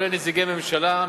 הכולל נציגי ממשלה,